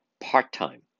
part-time